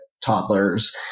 toddlers